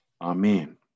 Amen